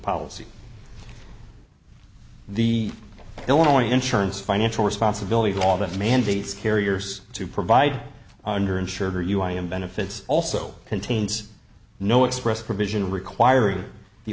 policy the illinois insurance financial responsibility law that mandates carriers to provide under insured or u i and benefits also contains no express provision requiring the